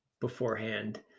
beforehand